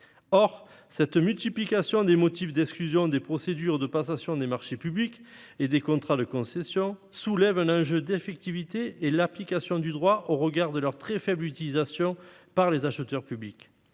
cette multiplication des motifs d'exclusion des procédures de passation des marchés publics et des contrats de concession soulève un enjeu d'effectivité et d'application du droit au regard de leur très faible utilisation par les acheteurs publics.